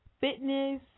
fitness